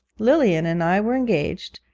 lilian and i were engaged,